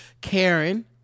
karen